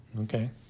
okay